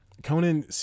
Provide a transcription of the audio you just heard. Conan